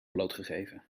blootgegeven